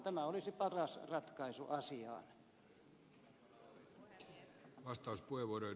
tämä olisi paras ratkaisu asiaan